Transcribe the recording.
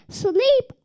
sleep